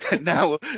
now